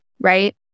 right